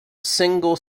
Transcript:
single